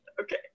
Okay